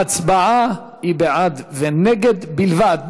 ההצבעה היא בעד ונגד בלבד.